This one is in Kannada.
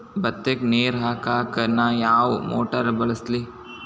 ಭತ್ತಕ್ಕ ನೇರ ಹಾಕಾಕ್ ನಾ ಯಾವ್ ಮೋಟರ್ ಬಳಸ್ಲಿ?